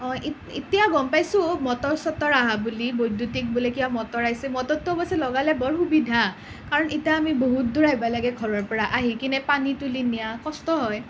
অ এতিয়া গম পাইছোঁ মটৰ চটৰ অহা বুলি বৈদ্যুতিক বোলে কিবা মটৰ আহিছে মটৰটো অৱশ্যে লগালে বৰ সুবিধা কাৰণ এতিয়া আমি বহুত দূৰ আহিব লাগে ঘৰৰ পৰা আহি কিনে পানী তুলি নিয়া কষ্ট হয়